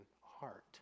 heart